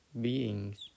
beings